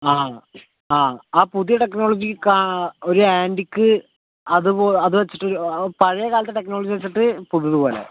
ആ ആ പുതിയ ടെക്നോളജി ഒരു ആൻ്റിക്ക് അതുപോലെ അതു വച്ചിട്ടൊരു പഴയകാലത്തെ ടെക്നോളജി വച്ചിട്ട് പുതിയതുപോലെ